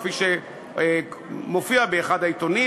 כפי שמופיע באחד העיתונים.